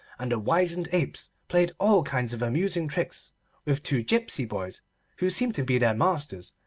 and the wizened apes played all kinds of amusing tricks with two gipsy boys who seemed to be their masters,